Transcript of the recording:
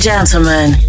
gentlemen